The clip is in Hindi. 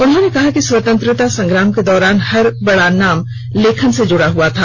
उन्होंने कहा कि स्वतंत्रता संग्राम के दौरान हर बड़ा नाम लेखन से जुड़ा हुआ था